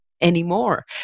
anymore